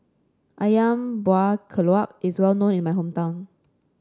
ayam Buah Keluak is well known in my hometown